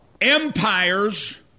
empires